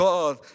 God